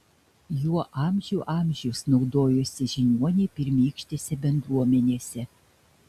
juo amžių amžius naudojosi žiniuoniai pirmykštėse bendruomenėse